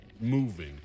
moving